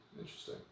interesting